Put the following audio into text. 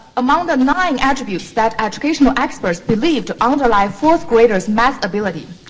among the nine attributes that educational experts believe to underline fourth graders' math ability,